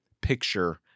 picture